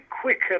quicker